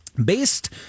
Based